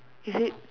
is it